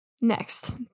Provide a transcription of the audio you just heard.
Next